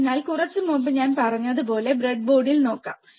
അതിനാൽ കുറച്ച് മുമ്പ് ഞാൻ പറഞ്ഞതുപോലെ ബ്രെഡ്ബോർഡിൽ നോക്കാം